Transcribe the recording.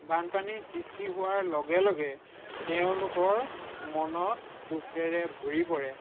বানপানী সৃষ্টি হোৱাৰ লগে লগে তেওঁলোকৰ মনত দুখেৰে ভৰি পৰে